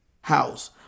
house